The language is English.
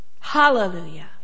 Hallelujah